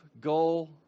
goal